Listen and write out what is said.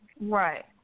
right